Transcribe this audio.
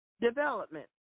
development